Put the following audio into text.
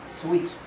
sweet